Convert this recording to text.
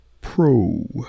pro